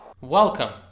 Welcome